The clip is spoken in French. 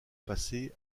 passés